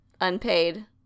unpaid